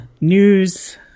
news